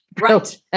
Right